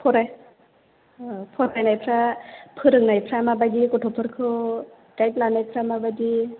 फराय फरायनायफोरा फोरोंनायफोरा माबायदि गथ'फोरखौ गाइड लानायफोरा माबायदि